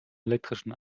elektrischen